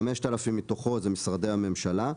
5,000 מתוכו זה משרדי הממשלה,